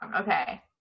Okay